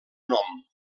nom